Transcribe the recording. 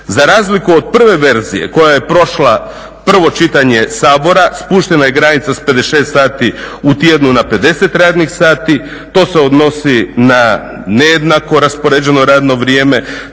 Za razliku od prve verzije koja je prošla prvo čitanje Sabora spuštena je granica sa 56 sati u tjednu na 50 radnih sati. To se odnosi na nejednako raspoređeno radno vrijeme,